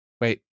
wait